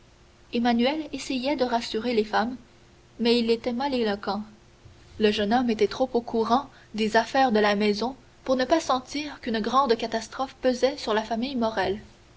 emmanuel essayait de rassurer les femmes mais il était mal éloquent le jeune homme était trop au courant des affaires de la maison pour ne pas sentir qu'une grande catastrophe pesait sur la famille morrel